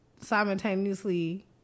simultaneously